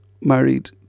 married